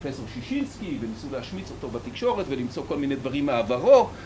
וניסו להשמיץ אותו בתקשורת ולמצוא כל מיני דברים מעברו